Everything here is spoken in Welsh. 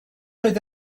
oedd